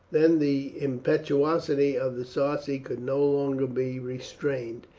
then the impetuosity of the sarci could no longer be restrained,